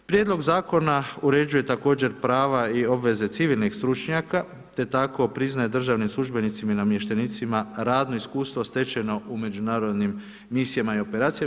Prijedlog zakona uređuje također prava i obveze civilnih stručnjaka te tako priznaje državnim službenicima i namještenicima radno iskustvo stečeno u međunarodnim misijama i operacijama.